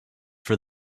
for